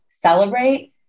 celebrate